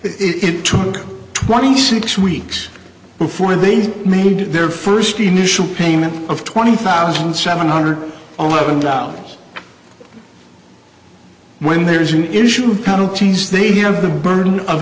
n it took twenty six weeks before they made their first initial payment of twenty thousand seven hundred eleven dollars when there's an issue of counties they have the burden of